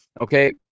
Okay